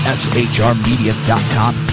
shrmedia.com